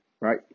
Right